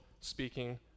speaking